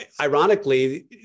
Ironically